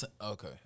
okay